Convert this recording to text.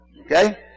Okay